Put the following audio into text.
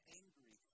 angry